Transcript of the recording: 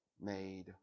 made